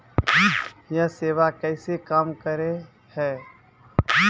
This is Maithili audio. यह सेवा कैसे काम करै है?